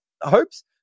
hopes